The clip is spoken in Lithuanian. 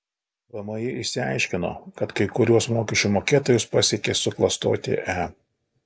vmi išsiaiškino kad kai kuriuos mokesčių mokėtojus pasiekė suklastoti e